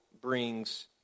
brings